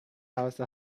house